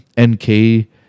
NK